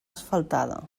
asfaltada